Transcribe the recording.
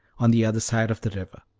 on the other side of the river.